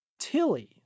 Tilly